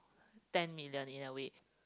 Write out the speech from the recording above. ten million in a way